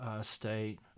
state